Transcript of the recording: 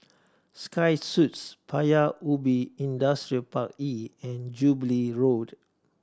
Sky Suites Paya Ubi Industrial Park E and Jubilee Road